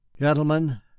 gentlemen